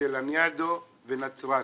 לניאדו ובתי החולים בנצרת.